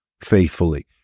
faithfully